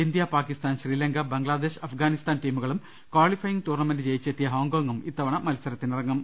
India Pakistan Sri Lanka Bangladesh Afghanistan ടീമു കളും ക്വാളി phi യിംഗ് ടൂർണ മെന്റ് ജയിച്ചെത്തിയ ഹോങ്കോങ്ങും ഇത്തവണ മൃത്സരത്തിനിറങ്ങും